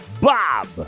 Bob